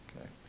okay